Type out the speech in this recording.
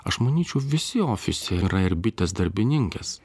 aš manyčiau visi ofise yra ir bitės darbininkės